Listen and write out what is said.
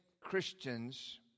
Christians